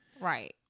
Right